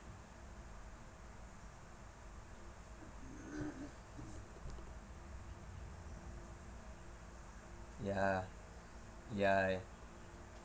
ya ya